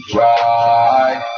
right